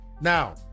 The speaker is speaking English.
Now